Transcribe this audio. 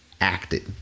acted